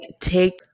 take